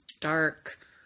dark